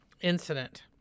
incident